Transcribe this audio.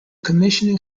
commissioning